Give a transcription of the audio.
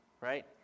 right